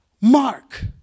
Mark